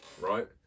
right